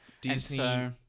Disney